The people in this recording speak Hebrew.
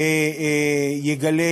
יגלה